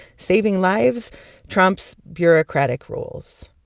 saving lives trumps bureaucratic rules.